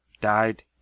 died